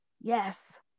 Yes